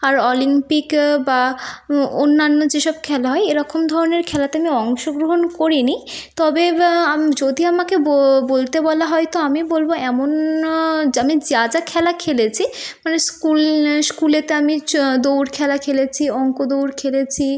আর Olympic বা অন্যান্য যেসব খেলা হয় এরকম ধরনের খেলাতে আমি অংশগ্রহণ করিনি তবে যদি আমাকে বলতে বলা হয় তো আমি বলব এমন আমি যা যা খেলা খেলেছি মানে স্কুল স্কুলেতে আমি দৌড় খেলা খেলেছি অঙ্ক দৌড় খেলেছি